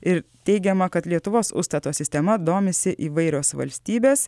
ir teigiama kad lietuvos ustato sistema domisi įvairios valstybės